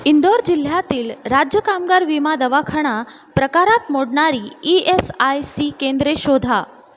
इंदोर जिल्ह्यातील राज्य कामगार विमा दवाखाना प्रकारात मोडणारी ई एस आय सी केंद्रे शोधा